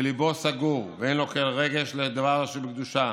וליבו סגור, ואין לו כל רגש לשום דבר שבקדושה,